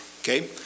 Okay